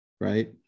right